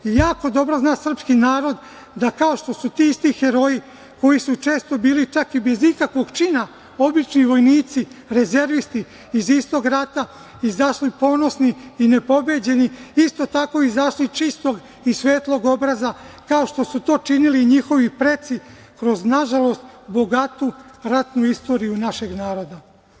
Jako dobro zna srpski narod da kao što su ti isti heroji koji su često bili čak i bez ikakvog čina obični vojnici, rezervisti iz istog rata izašli ponosni i nepobeđeni, isto tako izašli čistog i svetlog obraza kao što su to činili i njihovi preci kroz, nažalost, bogatu ratnu istoriju našeg naroda.